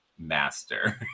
Master